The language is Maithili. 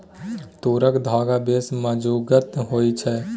तूरक धागा बेस मजगुत होए छै